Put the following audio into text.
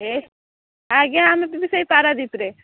ଏ ଆଜ୍ଞା ଆମେ ବି ସେଇ ପାରାଦ୍ୱିପରେ